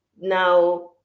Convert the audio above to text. Now